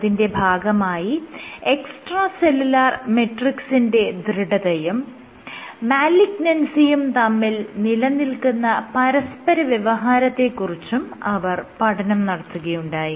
അതിന്റെ ഭാഗമായി extra cellular മെട്രിക്സിന്റെ ദൃഢതയും മാലിഗ്നൻസിയും തമ്മിൽ നിലനിൽക്കുന്ന പരസ്പരവ്യവഹാരത്തെ കുറിച്ചും അവർ പഠനം നടത്തുകയുണ്ടായി